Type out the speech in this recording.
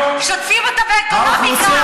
שוטפים אותה באקונומיקה.